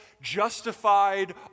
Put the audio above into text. justified